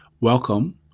Welcome